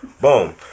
Boom